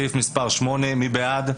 סעיף מס' 8, מי בעד?